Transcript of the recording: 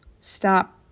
Stop